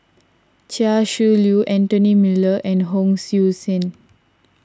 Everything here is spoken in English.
Chia Shi Lu Anthony Miller and Hon Sui Sen